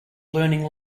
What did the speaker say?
learning